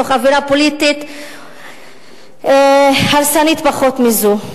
באווירה פוליטית הרסנית פחות מזו,